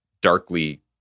darkly